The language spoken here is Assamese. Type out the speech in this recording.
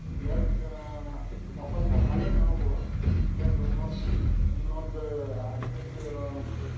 ইয়াত অকল বহালেই নহ'ব ইয়াত উন্নত উন্নত আধুনিক